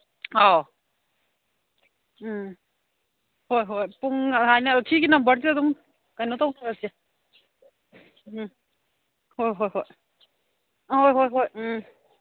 ꯑꯧ ꯎꯝ ꯍꯣꯏ ꯍꯣꯏ ꯄꯨꯡ ꯑꯗꯨꯃꯥꯏꯅ ꯁꯤꯒꯤ ꯅꯝꯕꯔꯁꯤꯗ ꯑꯗꯨꯝ ꯀꯩꯅꯣ ꯇꯧꯅꯔꯁꯦ ꯎꯝ ꯍꯣꯏ ꯍꯣꯏ ꯍꯣꯏ ꯍꯣꯏ ꯍꯣꯏ ꯍꯣꯏ ꯎꯝ